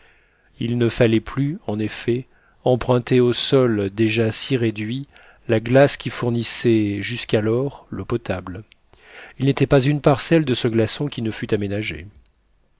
il ne fallait plus en effet emprunter au sol déjà si réduit la glace qui fournissait jusqu'alors l'eau potable il n'était pas une parcelle de ce glaçon qui ne fût